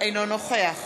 אינו נוכח